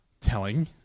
Telling